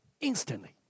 instantly